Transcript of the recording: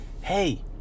hey